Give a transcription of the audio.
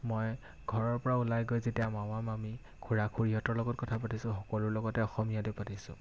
মই ঘৰৰ পৰা ওলাই গৈ যেতিয়া মামা মামী খুৰা খুৰীহঁতৰ লগত কথা পাতিছোঁ সকলোৰ লগতে অসমীয়াটো পাতিছোঁ